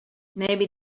maybe